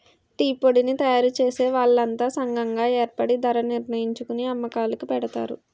టీపొడిని తయారుచేసే వాళ్లంతా సంగం గాయేర్పడి ధరణిర్ణించుకొని అమ్మకాలుకి పెడతారు